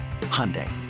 Hyundai